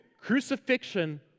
Crucifixion